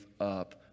up